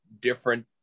different